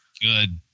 Good